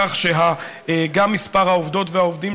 שגם מספר העובדות והעובדים,